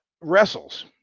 wrestles